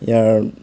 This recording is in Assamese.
ইয়াৰ